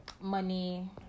money